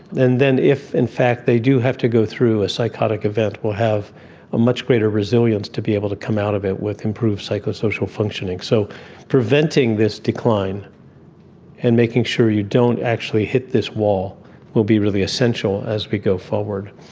and then if in fact they do have to go through a psychotic event they will have a much greater resilience to be able to come out of it with improved psychosocial functioning. so preventing this decline and making sure you don't actually hit this wall will be really essential as we go forward.